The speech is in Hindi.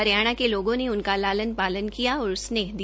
हरियाणा के लोगों ने उनका लालन पालन किया और स्नेह दिया